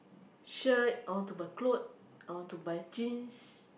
shirt I want to buy clothes I want to buy jeans